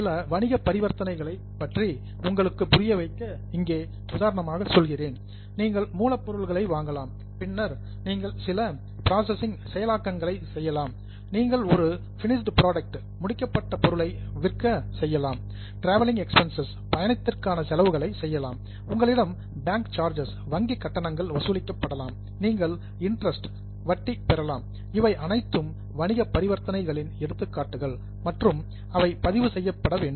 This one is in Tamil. சில வணிக பரிவர்த்தனைகளை பற்றி உங்களுக்கு புரிய வைக்க இங்கே உதாரணமாகச் சொல்கிறேன் நீங்கள் மூலப் பொருளை வாங்கலாம் பின்னர் நீங்கள் சில பிராசசிங் செயலாக்கங்களை செய்யலாம் நீங்கள் ஒரு பின்னிஸ்ட் புரோடக்ட் அதாவது முடிக்கப்பட்ட பொருளை விற்க செய்யலாம் டிரவெல்லிங் எக்பென்சஸ் பயணத்திற்கான செலவுகளை செய்யலாம் உங்களிடம் பேங்க் சார்ஜஸ் வங்கிக் கட்டணங்கள் வசூலிக்கப்படலாம் நீங்கள் இன்ட்ரஸ்ட் அதாவது வட்டி பெறலாம் இவை அனைத்தும் வணிக பரிவர்த்தனைகளின் எடுத்துக்காட்டுகள் மற்றும் அவை பதிவு செய்யப்பட வேண்டும்